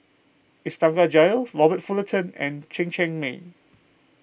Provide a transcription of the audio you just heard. Iskandar Jalil Robert Fullerton and Chen Cheng Mei